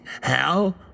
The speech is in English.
Hell